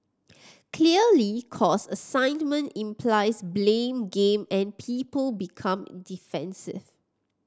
clearly cause assignment implies blame game and people become defensive